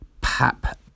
Pap